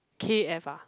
K F ah